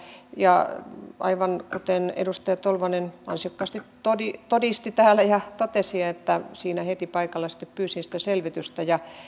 ja aivan kuten edustaja tolvanen ansiokkaasti todisti todisti ja totesi täällä siinä heti paikalla sitten pyysin sitä selvitystä